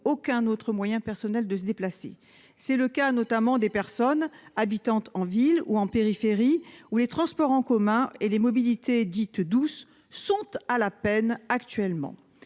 aucun autre moyen personnel de se déplacer. C'est le cas notamment des personnes habitant dans les villes, ou en périphérie de villes, où les transports en commun et les mobilités dites douces sont à la peine actuellement.